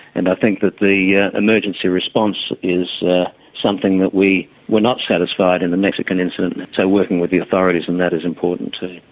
and i think that the yeah emergency response is something that we were not satisfied in the mexican incident, so working with the authorities on and that is important too.